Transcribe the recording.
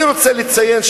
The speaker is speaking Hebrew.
אני רוצה לציין,